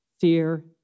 fear